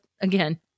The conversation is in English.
again